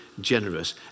generous